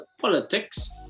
politics